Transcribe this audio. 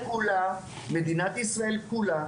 מדינת ישראל כולה,